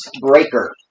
Breaker